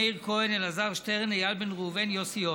מאיר כהן, אלעזר שטרן, איל בן ראובן, יוסי יונה.